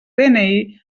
dni